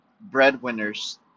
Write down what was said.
breadwinners